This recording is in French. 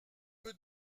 peu